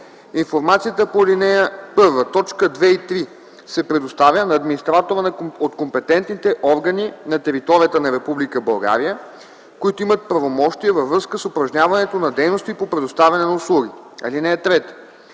Информацията по ал. 1, точки 2 и 3 се предоставя на администратора от компетентните органи на територията на Република България, които имат правомощия във връзка с упражняването на дейности по предоставяне на услуги. (3)